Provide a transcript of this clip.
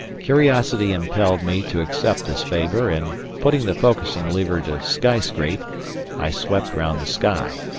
curiosity impelled me to accept this favour and, putting the focussing lever to skyscrape i swept round the sky.